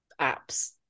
apps